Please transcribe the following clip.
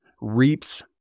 reaps